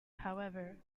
however